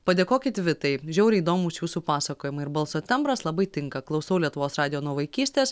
padėkokit vitai žiauriai įdomūs jūsų pasakojimai ir balso tembras labai tinka klausau lietuvos radijo nuo vaikystės